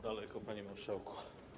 Daleko, panie marszałku.